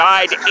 Died